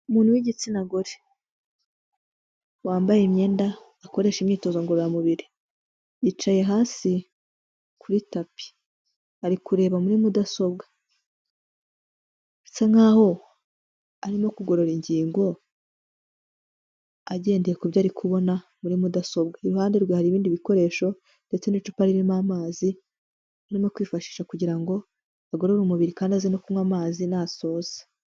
Umuntu w'igitsina gore wambaye imyenda akoresha imyitozo ngororamubiri, yicaye hasi kuri tapi ari kureba muri mudasobwa, bisa nkaho arimo kugorora ingingo agendeye ku byo ari kubona muri mudasobwa, iruhande rwe hari ibindi bikoresho ndetse n'icupa ririmo amazi arimo kwifashisha kugira ngo agorore umubiri kandi aze no kunywa amazi nasoza.